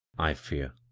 i fear.